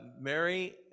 Mary